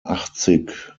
achtzig